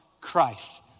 Christ